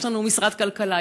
יש לנו משרד כלכלה,